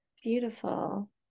Beautiful